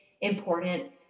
important